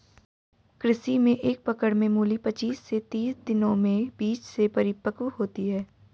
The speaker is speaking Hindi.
कृषि में एक पकड़ में मूली पचीस से तीस दिनों में बीज से परिपक्व होती है